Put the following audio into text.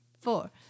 four